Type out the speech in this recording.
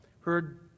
heard